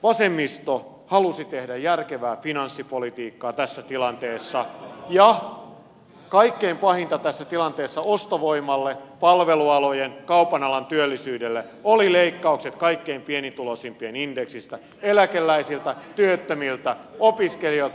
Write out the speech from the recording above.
vasemmisto halusi tehdä järkevää finanssipolitiikkaa tässä tilanteessa ja kaikkein pahinta tässä tilanteessa ostovoimalle ja palvelualojen kaupan alan työllisyydelle olivat leikkaukset kaikkein pienituloisimpien indeksistä eläkeläisiltä työttömiltä opiskelijoilta